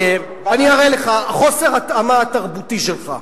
הסיפור של הנגב והגליל, לא מחזיק מים הסיפור הזה.